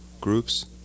groups